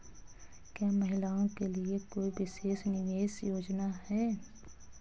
क्या महिलाओं के लिए कोई विशेष निवेश योजना है?